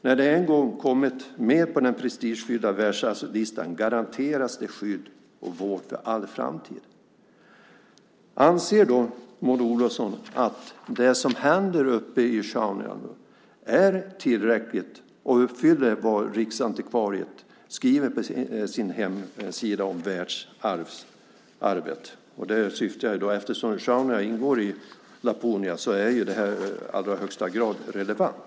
När det en gång kommit med på den prestigefyllda världsarvslistan garanteras det skydd och vård för all framtid. Anser Maud Olofsson att det som nu händer uppe i Sjaunja är tillräckligt och uppfyller vad Riksantikvarieämbetet skriver på sin hemsida om världsarvet? Eftersom Sjaunja ingår i Laponia är det i allra högsta grad relevant.